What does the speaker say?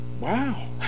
wow